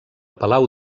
palau